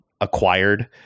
acquired